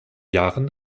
jahren